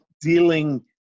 dealing